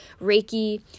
Reiki